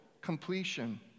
completion